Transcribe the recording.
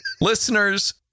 listeners